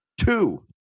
Two